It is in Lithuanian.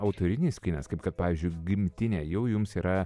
autorinis kinas kaip kad pavyzdžiui gimtinė jau jums yra